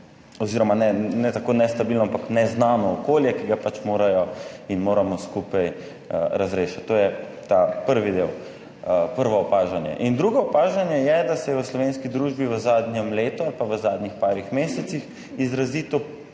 oziroma ne, ne tako nestabilno, ampak neznano okolje, ki ga pač morajo in moramo skupaj razrešiti. To je ta prvi del, prvo opažanje in drugo opažanje je, da se je v slovenski družbi v zadnjem letu ali pa v zadnjih parih mesecih izrazito povečal,